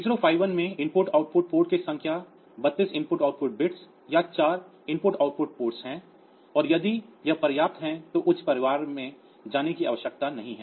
8051 में IO पोर्टों की संख्या 32 IO बिट्स या 4 IO पोर्ट्स हैं और यदि यह पर्याप्त है तो उच्च परिवार में जाने की आवश्यकता नहीं है